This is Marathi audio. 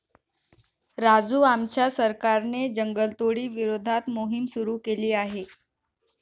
राजू आमच्या सरकारने जंगलतोडी विरोधात मोहिम सुरू केली आहे